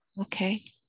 Okay